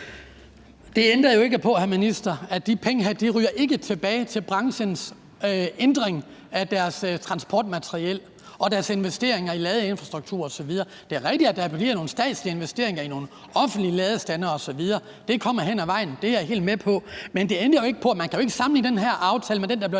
Det ændrer jo ikke på, hr. minister, at de penge ikke ryger tilbage til branchens ændring af deres transportmateriel og deres investeringer i ladeinfrastruktur osv. Det er rigtigt, at der er bevilget nogle statslige investeringer i nogle offentlige ladestandere osv. – det kommer hen ad vejen; det er jeg helt med på – men det ændrer jo ikke på, at man ikke kan sammenligne den her aftale med den, der blev